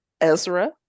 ezra